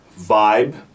vibe